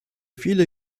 viele